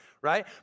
right